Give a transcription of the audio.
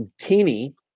Tini